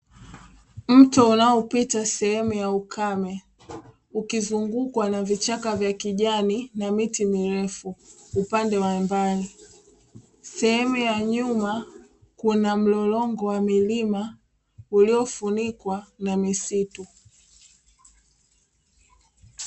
Mto unaopita sehemu ya ukame ukizungukwa na vichaka vya kijani na miti mirefu upande wa mbali. Sehemu ya nyuma kuna mlolongo ya milima uliofunikwa na misitu.